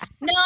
No